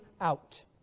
out